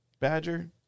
Badger